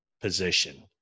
position